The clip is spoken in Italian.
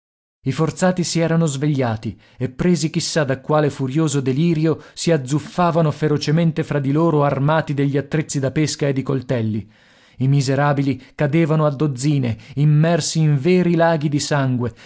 i forzati si erano svegliati e presi chissà da quale furioso delirio si azzuffavano ferocemente fra di loro armati degli attrezzi da pesca e di coltelli i miserabili cadevano a dozzine immersi in veri laghi di sangue